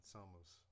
Summers